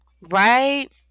right